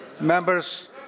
members